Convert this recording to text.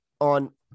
on